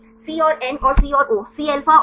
C और N और C और O Cα और C